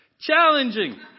Challenging